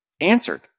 answered